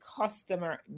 customer